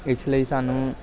ਇਸ ਲਈ ਸਾਨੂੰ